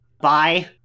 Bye